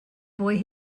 boy